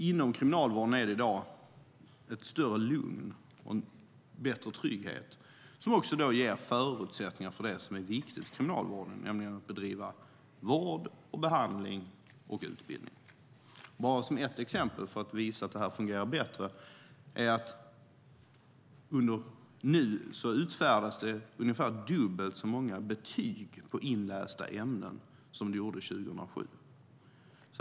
Inom kriminalvården är det i dag ett större lugn och en bättre trygghet, som också ger förutsättningar för det som är viktigt inom kriminalvården, nämligen att bedriva vård, behandling och utbildning. Bara som ett exempel, för att visa att det fungerar bättre: Nu utfärdas det ungefär dubbelt så många betyg på inlästa ämnen som det gjordes 2007.